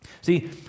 See